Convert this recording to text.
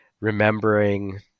Remembering